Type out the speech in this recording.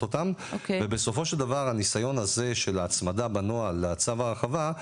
אותם ובסופו של דבר הניסיון הזה של ההצמדה בנוהל לצו ההרחבה,